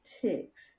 ticks